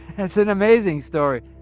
that's an amazing story